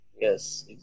Yes